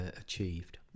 achieved